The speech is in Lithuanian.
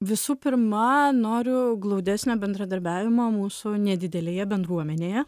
visų pirma noriu glaudesnio bendradarbiavimo mūsų nedidelėje bendruomenėje